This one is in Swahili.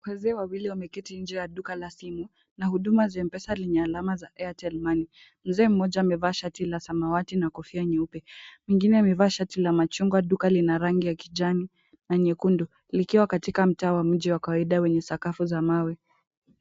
Wazee wawili wameketi nje ya duka la simu na huduma za M-Pesa lenye alama za Airtel Money. Mzee mmoja amevaa shati la samawati na kofia nyeupe, mwingine amevaa shati la machungwa. Duka lina rangi ya kijani na nyekundu likiwa katika mtaa wa mji wa kawaida wenye sakafu za mawe.